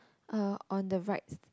uh on the right